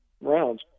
rounds